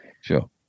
sure